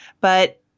But-